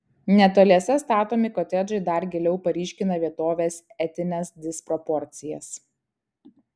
netoliese statomi kotedžai dar giliau paryškina vietovės etines disproporcijas